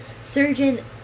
Surgeon